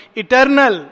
Eternal